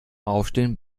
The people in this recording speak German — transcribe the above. aufstehen